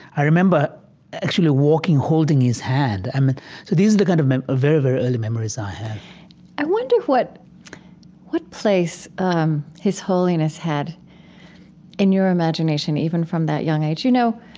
i remember actually walking holding his hand. i mean, so these are the kind of very, very early memories i have i wonder what what place um his holiness had in your imagination even from that young age. you know,